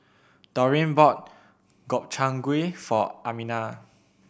Dorene bought Gobchang Gui for Amina